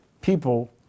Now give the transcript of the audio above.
people